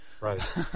Right